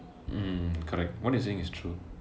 mm correct what you're saying is true